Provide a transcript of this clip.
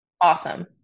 Awesome